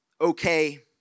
okay